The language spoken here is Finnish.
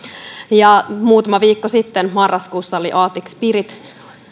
ja muutama viikko sitten marraskuussa oli arctic spirit